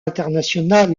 international